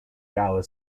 gower